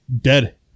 dead